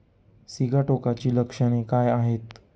सिगाटोकाची लक्षणे काय आहेत?